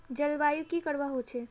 जलवायु की करवा होचे?